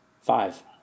Five